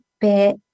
bit